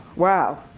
wow.